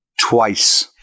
Twice